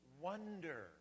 Wonder